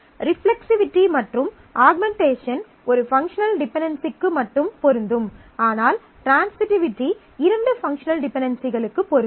reflexivity மற்றும் augmentation ஒரு functional டிபென்டென்சிக்கு மட்டும் பொருந்தும் ஆனால் ட்ரான்சிட்டிவிட்டி இரண்டு பங்க்ஷனல் டிபென்டென்சிகளுக்கு பொருந்தும்